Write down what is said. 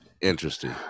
Interesting